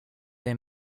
they